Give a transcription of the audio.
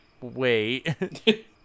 Wait